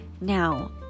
Now